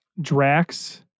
Drax